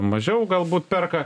mažiau galbūt perka